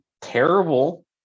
terrible